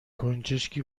گنجشکی